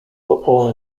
football